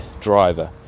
driver